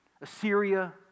Assyria